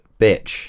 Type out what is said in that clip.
bitch